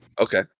okay